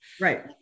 Right